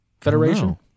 Federation